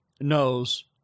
knows